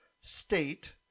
state